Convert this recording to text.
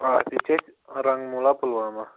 آ یہِ چھِ اَسہِ رنٛگموٗلا پُلوامہ